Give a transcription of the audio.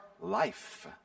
life